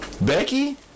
Becky